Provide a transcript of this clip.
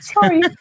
Sorry